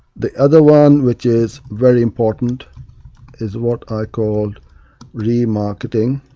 the other one which is very important is what i call re-marketing